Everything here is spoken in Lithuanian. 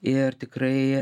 ir tikrai